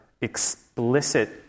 explicit